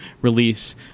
release